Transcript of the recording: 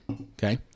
Okay